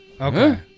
okay